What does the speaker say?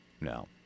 No